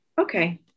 Okay